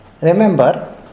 Remember